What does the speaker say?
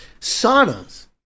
Saunas